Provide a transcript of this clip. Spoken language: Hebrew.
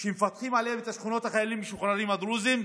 שמפתחים עליהן את שכונות החיילים המשוחררים הדרוזים,